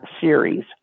series